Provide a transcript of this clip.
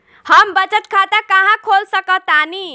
हम बचत खाता कहां खोल सकतानी?